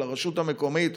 של הרשות המקומית,